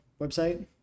website